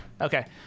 okay